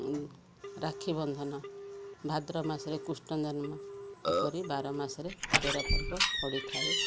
ରାକ୍ଷୀ ବନ୍ଧନ ଭାଦ୍ର ମାସରେ କୃଷ୍ଣ ଜନ୍ମ ଏପରି ବାର ମାସରେ ତେର ପର୍ବ ପଡ଼ିଥାଏ